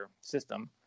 system